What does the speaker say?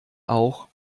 auch